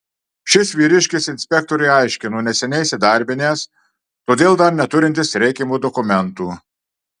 šis vyriškis inspektorei aiškino neseniai įsidarbinęs todėl dar neturintis reikiamų dokumentų